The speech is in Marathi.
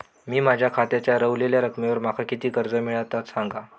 मी माझ्या खात्याच्या ऱ्हवलेल्या रकमेवर माका किती कर्ज मिळात ता सांगा?